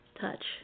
touch